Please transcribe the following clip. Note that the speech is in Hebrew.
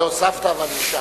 זה הוספת, ואני אישרתי.